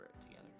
together